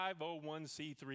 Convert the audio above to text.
501c3